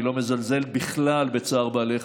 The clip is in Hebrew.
אני לא מזלזל בכלל בצער בעלי חיים,